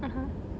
(uh huh)